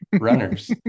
runners